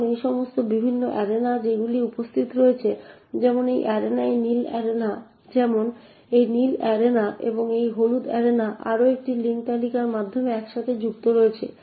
এখন এই সমস্ত বিভিন্ন অ্যারেনা যেগুলি উপস্থিত রয়েছে যেমন এই অ্যারেনা এই নীল অ্যারেনা এবং এই হলুদ অ্যারেনা আরও একটি লিঙ্ক তালিকার মাধ্যমে একসাথে যুক্ত হয়েছে